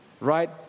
right